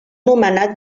nomenat